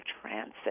transit